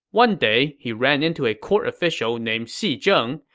one day, he ran into a court official named xi zheng,